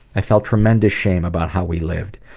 i felt tremendous shame about how we lived.